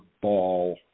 ball